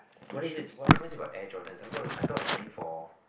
what is it what's about Air Jordans I heard I thought is only for